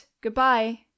good-bye